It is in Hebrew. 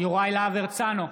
יוראי להב הרצנו,